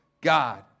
God